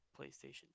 PlayStation